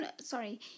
sorry